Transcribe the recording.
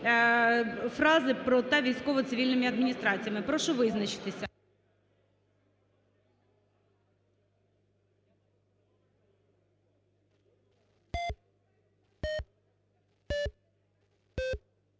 фрази про "та військово-цивільними адміністраціями". Прошу визначитися.